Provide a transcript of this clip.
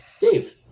dave